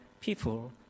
people